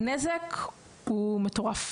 הנזק הוא מטורף.